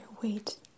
wait